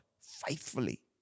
faithfully